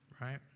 right